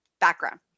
background